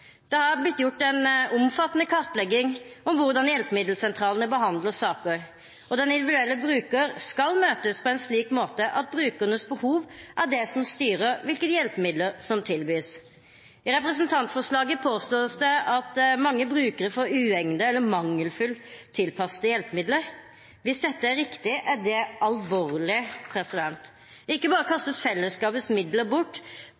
Det har blitt gjort en omfattende kartlegging av hvordan hjelpemiddelsentralene behandler saker, og den individuelle bruker skal møtes på en slik måte at brukernes behov er det som styrer hvilke hjelpemidler som tilbys. I representantforslaget påstås det at mange brukere får uegnede eller mangelfullt tilpassede hjelpemidler. Hvis dette er riktig, er det alvorlig. Ikke bare kastes fellesskapets midler bort,